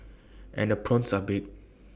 and the prawns are big